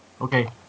Okay